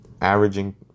averaging